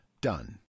done